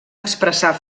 expressar